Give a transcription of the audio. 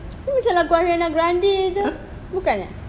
ni macam lagu ariana grande jer bukan eh